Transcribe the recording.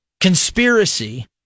conspiracy